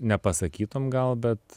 nepasakytum gal bet